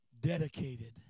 dedicated